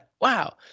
wow